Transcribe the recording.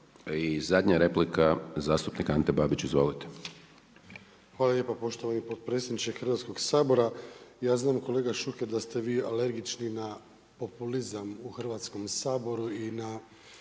I zadnja replika zastupnika Ante Babića. Izvolite.